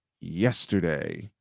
yesterday